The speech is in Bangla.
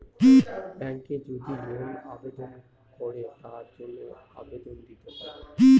ব্যাঙ্কে যদি লোন আবেদন করে তার জন্য আবেদন দিতে হয়